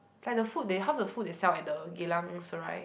like the food they half the food they sell at the Geylang-Serai